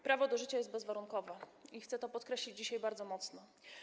Prawo do życia jest bezwarunkowe i chcę to podkreślić dzisiaj bardzo mocno.